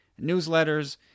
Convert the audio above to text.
newsletters